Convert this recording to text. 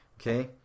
Okay